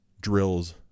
drills